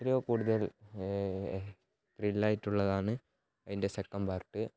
എത്രയോ കൂടുതൽ റിയൽ ആയിട്ടുള്ളതാണ് അതിൻ്റെ സെക്കന്റെ പാർട്ട്